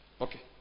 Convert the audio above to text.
okay